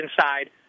inside